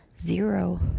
zero